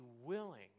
willing